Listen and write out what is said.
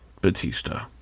Batista